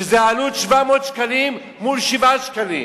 שזה עלות של 700 שקלים, מול 7 שקלים,